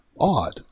odd